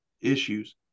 issues